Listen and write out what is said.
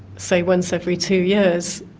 say, once every two years.